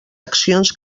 accions